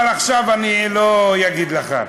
אבל, אבל אבל עכשיו לא אגיד לך.